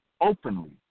openly